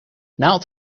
naald